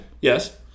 Yes